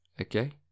Okay